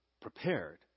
prepared